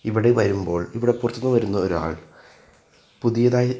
ഇവിടെ വരുമ്പോൾ ഇവിടെ പുറത്തുനിന്ന് വരുന്ന ഒരാൾ പുതിയതായി